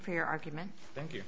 for your argument thank you